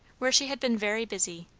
where she had been very busy,